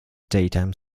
daytime